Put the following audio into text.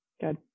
good